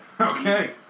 Okay